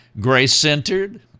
grace-centered